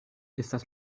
estas